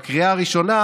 הראשונה,